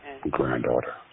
Granddaughter